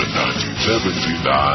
1979